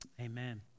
Amen